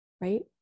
right